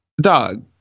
dog